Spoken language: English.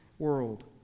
World